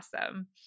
awesome